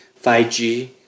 5G